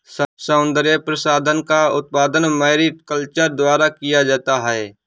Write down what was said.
सौन्दर्य प्रसाधन का उत्पादन मैरीकल्चर द्वारा किया जाता है